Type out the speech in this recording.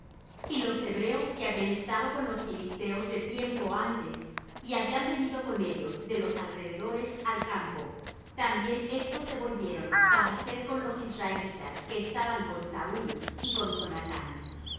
y los hebreos que habían estado con los filisteos de tiempo antes y habían venido con ellos de los alrededores al campo también éstos se volvieron para ser con los israelitas que estaban con saúl y con jonathán